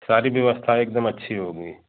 सारी व्यवस्था एकदम अच्छी होगी